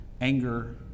anger